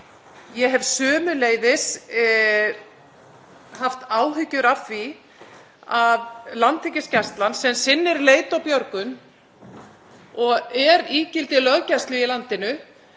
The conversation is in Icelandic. Ég hef sömuleiðis haft áhyggjur af því að Landhelgisgæslan, sem sinnir leit og björgun og er ígildi löggæslu í landinu,